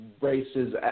races